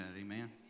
Amen